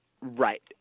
Right